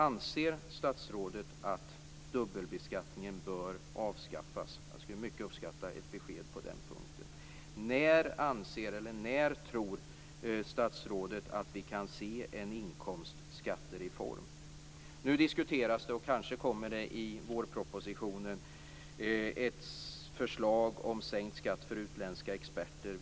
Anser statsrådet att dubbelbeskattningen bör avskaffas? Jag skulle mycket uppskatta ett besked på den punkten. När tror statsrådet att vi kan se en inkomstskattereform? Nu diskuteras det, och kanske kommer det i vårpropositionen, ett förslag om sänkt skatt för utländska experter.